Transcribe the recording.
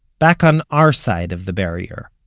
back on our side of the barrier